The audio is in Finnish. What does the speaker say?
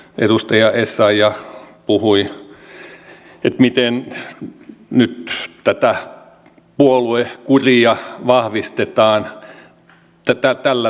edustaja essayah puhui siitä miten nyt tätä puoluekuria vahvistetaan tällä tavalla